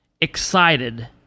excited